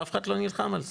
ואף אחד לא נלחם על זה.